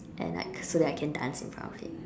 and like so that I can dance in front of it